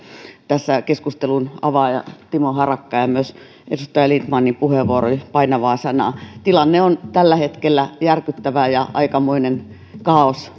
keskustelun avaaja timo harakka ja myös edustaja lindtmanin puheenvuoro oli painavaa sanaa tilanne on tällä hetkellä järkyttävä ja aikamoinen kaaos